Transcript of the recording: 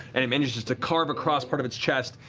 and it manages to carve across part of its chest,